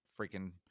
freaking